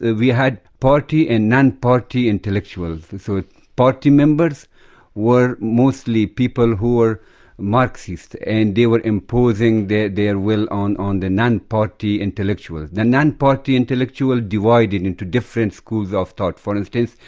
ah we had party and non-party intellectuals, so party members were mostly people who were marxist, and they were imposing their their will on on the non-party intellectuals. the non-party intellectuals divided into different schools of thought. for instance,